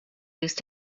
used